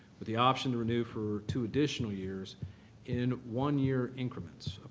with the option to renew for two additional years in one-year increments.